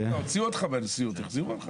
אם אתה רוצה להכניס את המשפט הזה, לי אין בעיה.